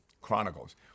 Chronicles